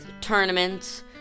tournaments